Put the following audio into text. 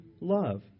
love